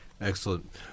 Excellent